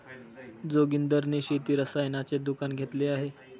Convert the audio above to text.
जोगिंदर ने शेती रसायनाचे दुकान घेतले आहे